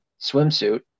swimsuit